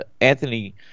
Anthony